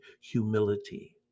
humility